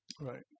right